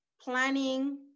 planning